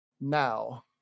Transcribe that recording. now